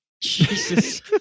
Jesus